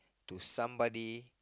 to somebody